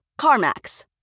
CarMax